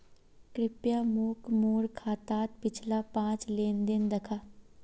कृप्या मोक मोर खातात पिछला पाँच लेन देन दखा